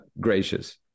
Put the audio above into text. gracious